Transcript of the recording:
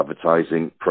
advertising